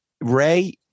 Ray